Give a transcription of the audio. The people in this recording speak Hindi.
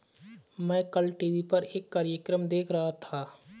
मैं कल टीवी पर एक कार्यक्रम देख रहा था